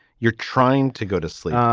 you're trying to go to sleep,